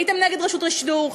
הייתם נגד רשות השידור,